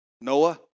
Noah